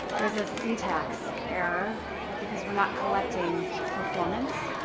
there's a syntax error because we're not collecting performance.